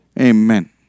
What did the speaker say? Amen